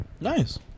Nice